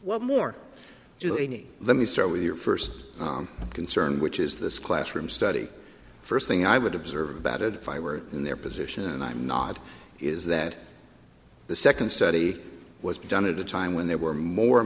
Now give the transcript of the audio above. giulini let me start with your first concern which is this classroom study first thing i would observe about it if i were in their position and i'm not is that the second study was done at a time when there were more